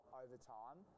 overtime